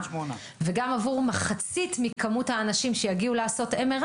גם עבור מחצית מכמות האנשים שיגיעו לעשות MRI